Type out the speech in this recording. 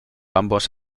ambos